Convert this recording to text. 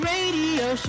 Radio